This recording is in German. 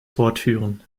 fortführen